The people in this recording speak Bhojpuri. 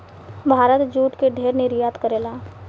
भारत जूट के ढेर निर्यात करेला